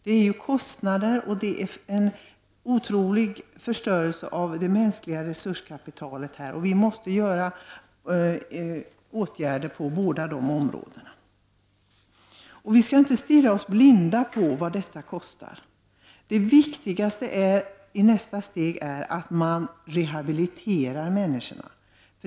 Det gäller kostnader och en otrolig förstörelse av det mänskliga resurskapitalet, och åtgärder måste vidtas på båda dessa områden. Man kan inte stirra sig blind på vad detta kostar. Det viktigaste i nästa steg är att rehabilitera människorna.